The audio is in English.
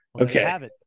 okay